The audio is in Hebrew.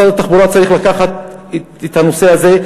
משרד התחבורה צריך לקחת את הנושא הזה,